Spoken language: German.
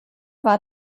war